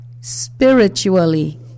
Spiritually